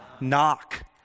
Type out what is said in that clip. knock